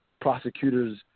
prosecutors